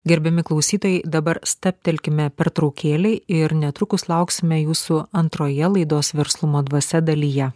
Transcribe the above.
gerbiami klausytojai dabar stabtelkime pertraukėlei ir netrukus lauksime jūsų antroje laidos verslumo dvasia dalyje